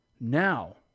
Now